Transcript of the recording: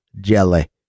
jelly